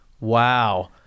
Wow